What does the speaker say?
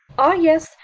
ah, yes.